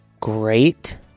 Great